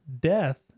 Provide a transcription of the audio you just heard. death